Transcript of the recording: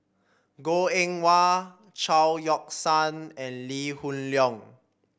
Goh Eng Wah Chao Yoke San and Lee Hoon Leong